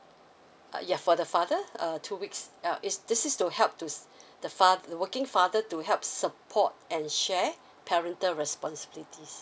err yeah for the father err two weeks uh is this to help to the fath~ the working father to help support and share parental responsibilities